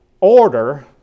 order